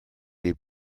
des